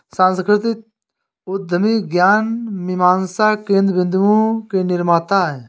सांस्कृतिक उद्यमी ज्ञान मीमांसा केन्द्र बिन्दुओं के निर्माता हैं